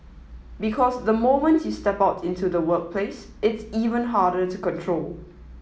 because the moment you step out into the workplace it's even harder to control